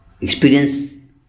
experience